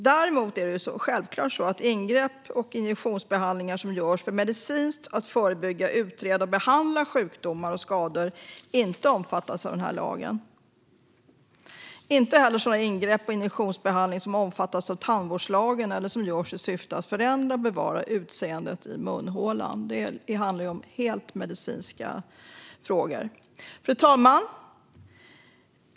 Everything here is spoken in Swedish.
Däremot ska ingrepp och injektionsbehandlingar som görs medicinskt för att förebygga, utreda och behandla sjukdomar och skador självfallet inte omfattas av denna lag. Samma sak gäller för sådana ingrepp och injektionsbehandlingar som omfattas av tandvårdslagen eller som görs i syfte att förändra eller bevara utseendet i munhålan. Det här är helt medicinska frågor. Fru talman!